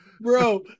Bro